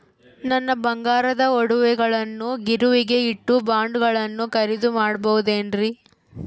ನನ್ನ ಬಂಗಾರದ ಒಡವೆಗಳನ್ನ ಗಿರಿವಿಗೆ ಇಟ್ಟು ಬಾಂಡುಗಳನ್ನ ಖರೇದಿ ಮಾಡಬಹುದೇನ್ರಿ?